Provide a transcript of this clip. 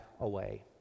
away